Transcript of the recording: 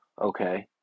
okay